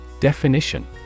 Definition